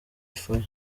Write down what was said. fire